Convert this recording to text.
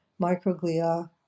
microglia